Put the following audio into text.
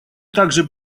также